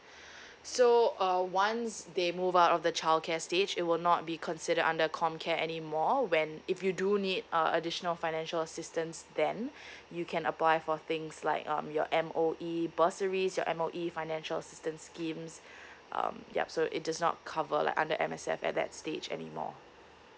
so uh once they move out of the childcare stage it will not be considered under com care anymore when if you do need uh additional financial assistance then you can apply for things like um your M_O_E bursaries your M_O_E financial assistance schemes um yup so it does not cover like under M_S_F at that stage anymore